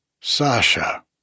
Sasha